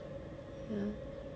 ya